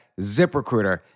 ZipRecruiter